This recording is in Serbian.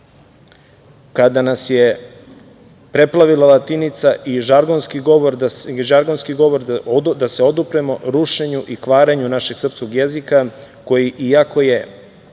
kada nas je preplavila latinica i žargonski govor, da se odupremo rušenju i kvarenju našeg srpskog jezika, koji iako je